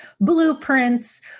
blueprints